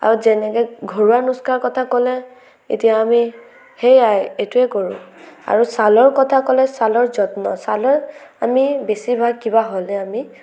আৰু যেনেকে ঘৰুৱা নুস্কাৰ কথা ক'লে এতিয়া আমি সেয়াই এইটোৱে কৰোঁ আৰু ছালৰ কথা ক'লে ছালৰ যত্ন ছালৰ আমি বেছিভাগ কিবা হ'লে আমি